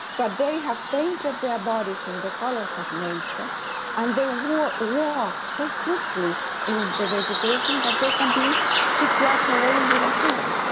but they have painted their bodies in the colors of nature and they will walk so swiftly in the vegetation that they can be six yards away and you don't see them.